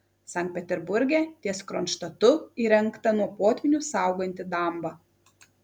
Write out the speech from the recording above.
sankt peterburge ties kronštatu įrengta nuo potvynių sauganti damba